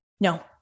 No